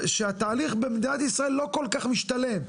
שהתהליך במדינת ישראל לא כל כך משתלם,